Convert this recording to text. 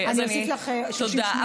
אז אני, אני אוסיף לך 30 שניות.